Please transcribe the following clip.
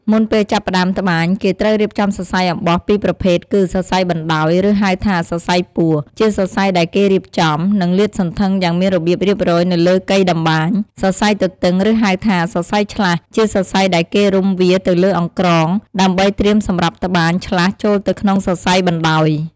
មុនពេលចាប់ផ្ដើមត្បាញ គេត្រូវរៀបចំសរសៃអំបោះពីរប្រភេទគឺ សរសៃបណ្ដោយ ឬហៅថា សរសៃពួរ ជាសរសៃដែលគេរៀបចំ និងលាតសន្ធឹងយ៉ាងមានរបៀបរៀបរយនៅលើកីតម្បាញ សរសៃទទឹងឬហៅថាសរសៃឆ្លាស់ ជាសរសៃដែលគេរុំវាទៅលើអង្រ្កង ដើម្បីត្រៀមសម្រាប់ត្បាញឆ្លាស់ចូលទៅក្នុងសរសៃបណ្ដោយ។